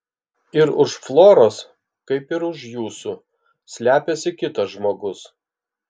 ir už floros kaip ir už jūsų slepiasi kitas žmogus